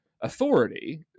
authority